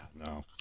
No